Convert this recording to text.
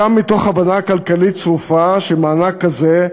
גם מתוך הבנה כלכלית צרופה שמענק כזה,